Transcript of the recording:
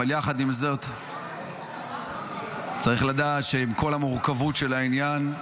אך עם זאת, צריך לדעת שעם כל המורכבות של העניין,